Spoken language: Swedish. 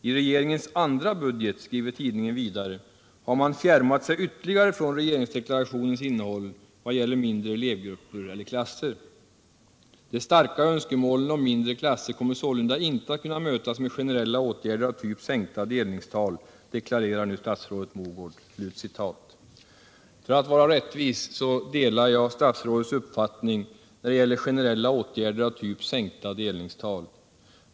”I regeringens andra budget”, skriver tidningen vidare, ”har man fjärmat sig ytterligare från regeringsdeklarationens innehåll vad gäller mindre elevgrupper eller klasser. —De starka önskemålen om mindre klasser kommer sålunda inte att kunna mötas med generella åtgärder av typ sänkta delningstal, deklarerar nu statsrådet Mogård.” För att vara rättvis så delar jag statsrådets uppfattning när det gäller generella åtgärder av typ sänkta delningstal.